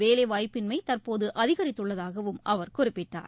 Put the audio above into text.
வேலை வாய்ப்பின்மை தற்போது அதிகரித்துள்ளதாகவும் அவர் குறிப்பிட்டார்